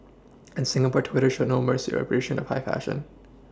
and Singapore Twitter showed no Mercy or appreciation of high fashion